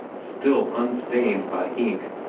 still unstained by ink.